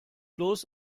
bloß